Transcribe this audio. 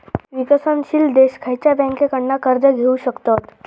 विकसनशील देश खयच्या बँकेंकडना कर्ज घेउ शकतत?